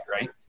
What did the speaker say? Right